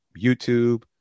YouTube